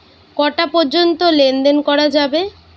কটা পর্যন্ত লেন দেন করা যাবে?